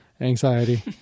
Anxiety